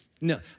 No